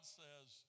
says